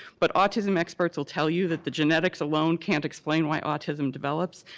but autism experts will tell you that the genetics alone can't explain why autism develops,